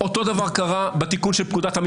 אי אפשר להצביע שחבורת --- (קריאות)